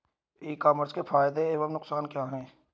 ई commerce के फायदे एवं नुकसान क्या हैं?